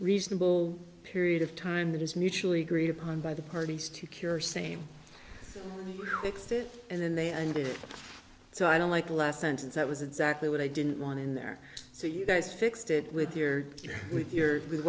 reasonable period of time that is mutually agreed upon by the parties to cure same fix it and then they and so i don't like the last sentence that was exactly what i didn't want in there so you guys fixed it with here with your with